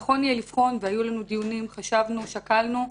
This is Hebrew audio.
נכון יהיה לבחון והיו לנו דיונים, חשבנו שקלנו.